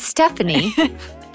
Stephanie